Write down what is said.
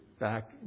back